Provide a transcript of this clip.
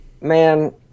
Man